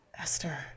esther